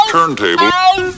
Turntable